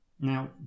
Now